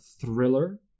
thriller